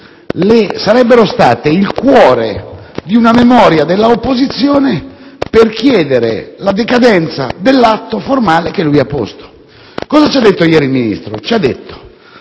- sarebbero state il cuore di una memoria dell'opposizione per chiedere la decadenza dell'atto formale che lui ha posto in essere. Infatti, ieri il Ministro ci ha detto